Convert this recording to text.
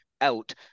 out